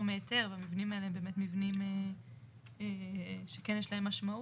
מהיתר המבנים האלה הם מבנים שכן יש להם משמעות,